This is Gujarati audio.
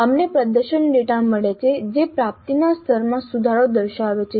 અમને પ્રદર્શન ડેટા મળે છે જે પ્રાપ્તિના સ્તરમાં સુધારો દર્શાવે છે